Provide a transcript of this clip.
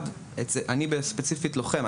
אני ספציפית לוחם,